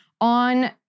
on